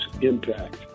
impact